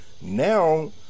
Now